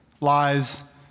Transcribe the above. lies